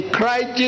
Christ